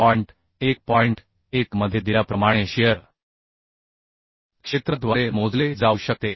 1 मध्ये दिल्याप्रमाणे शिअर क्षेत्राद्वारे मोजले जाऊ शकते